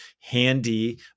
handy